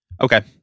Okay